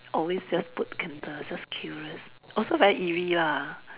always just put candles just curious also very eerie lah